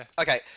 okay